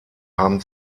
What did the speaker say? haben